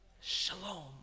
shalom